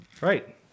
Right